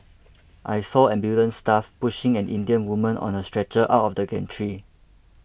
I saw ambulance staff pushing an Indian woman on a stretcher out of the gantry